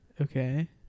okay